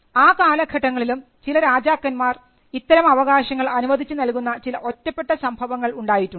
ആ കാലഘട്ടങ്ങളിലും ചില രാജാക്കന്മാർ ഇത്തരം അവകാശങ്ങൾ അനുവദിച്ചു നൽകുന്ന ചില ഒറ്റപ്പെട്ട സംഭവങ്ങൾ ഉണ്ടായിട്ടുണ്ട്